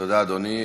תודה, אדוני.